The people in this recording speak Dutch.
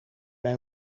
bij